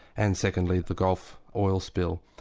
and secondly the gulf oil spill.